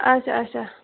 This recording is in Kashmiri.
اچھا اچھا